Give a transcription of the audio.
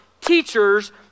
teachers